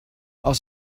aus